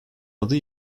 adı